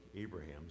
Abraham's